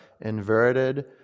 inverted